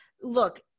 look